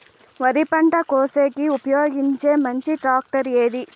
వరి పంట కోసేకి ఉపయోగించే మంచి టాక్టర్ ఏది?